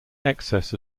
excess